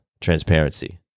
transparency